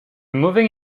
moving